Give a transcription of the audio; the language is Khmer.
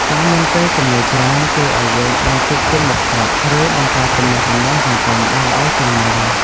ការមានពេលទំនេរច្រើនជួយឱ្យយើងអាចជួបជុំមិត្តភក្តិ ឬបង្កើតទំនាក់ទំនងសង្គមបានល្អជាងមុន។